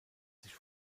sich